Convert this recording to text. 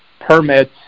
permits